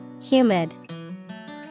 Humid